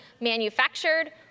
manufactured